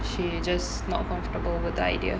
she's just not comfortable with the idea